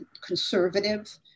conservative